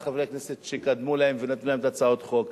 את חברי הכנסת שקדמו להם ונתנו להם את הצעות החוק,